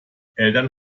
eltern